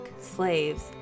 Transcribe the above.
slaves